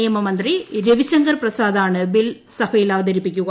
നിയമമന്ത്രി രവിശങ്കർ പ്രസാദാണ് ബിൽ സഭയിൽ അവതരിപ്പിക്കുക